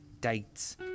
dates